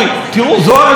תראו, זו הרשימה.